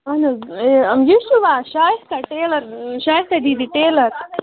اَہن حظ یہِ یہِ چھُوا شایِستَہ ٹیلَر شایِستَہ دِی دِی ٹیلَر